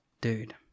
Dude